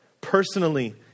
Personally